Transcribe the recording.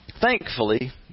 thankfully